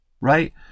right